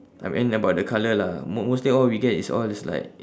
I mean about the colour lah mo~ mostly all we get is all is like